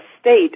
state